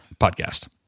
podcast